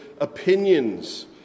opinions